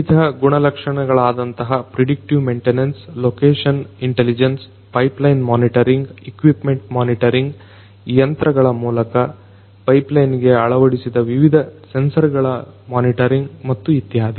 ವಿವಿಧ ಗುಣಲಕ್ಷಣಗಳಾದಂತಹ predictive maintenance location intelligence pipeline monitoring equipment monitoring ಯಂತ್ರಗಳ ಮೂಲಕ ಪೈಪ್ ಲೈನ್ ಗೆ ಅಳವಡಿಸಿದ ವಿವಿಧ ಸೆನ್ಸರ್ಗಳ ಮೊನಿಟರಿಂಗ್ ಮತ್ತು ಇತ್ಯಾದಿ